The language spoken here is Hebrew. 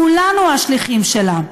כולנו השליחים שלה,